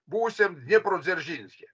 buvusiam dnieprodzeržinskyje